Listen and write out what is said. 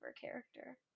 character